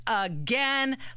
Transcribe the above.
again